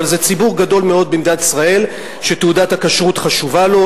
אבל זה ציבור גדול מאוד במדינת ישראל שתעודת הכשרות חשובה לו.